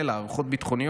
הערכות ביטחוניות,